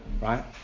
Right